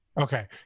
Okay